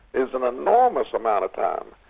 is an enormous amount of time,